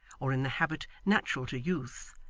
or in the habit natural to youth,